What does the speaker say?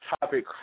topic